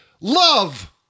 Love